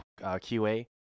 QA